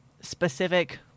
specific